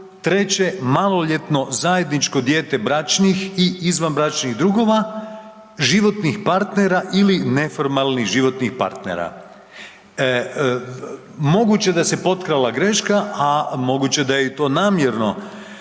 treće maloljetno zajedničko dijete bračnih i izvanbračnih druga, životnih partnera ili neformalnih životnih partnera. Moguće da se potkrala greška, a moguće da je i to namjerno